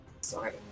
sorry